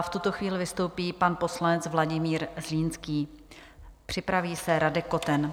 V tuto chvíli vystoupí pan poslanec Vladimír Zlínský, připraví se Radek Koten.